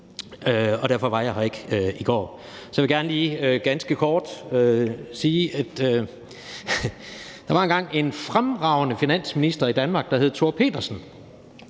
Derfor var jeg her ikke i går. Så jeg vil gerne lige ganske kort sige, at der engang var en fremragende finansminister i Danmark, der hed Thor Pedersen,